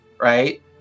right